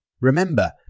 Remember